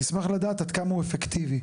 נשמח לדעת עד כמה הוא אפקטיבי.